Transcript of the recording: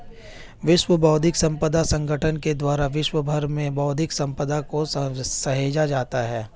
विश्व बौद्धिक संपदा संगठन के द्वारा विश्व भर में बौद्धिक सम्पदा को सहेजा जाता है